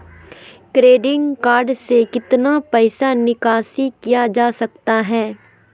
Credit card से कितना पैसा निकासी किया जा सकता है?